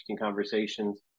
conversations